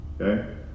Okay